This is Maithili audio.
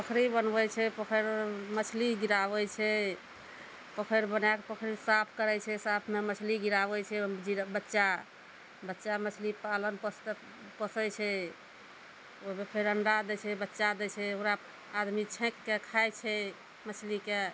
पोखरि बनबै छै पोखरिमे मछली गिराबै छै पोखैरि बना कऽ पोखरि साफ करै छै साफमे मछली गिराबै छै ओहिमे जी बच्चा बच्चा मछली पालन पोस पोसै छै ओहिमे फेर अंडा दै छै बच्चा दै छै ओकरा आदमी छैक कऽ खाइ छै मछलीके